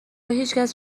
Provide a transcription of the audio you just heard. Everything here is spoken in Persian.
هیچکس